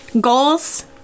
goals